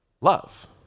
Love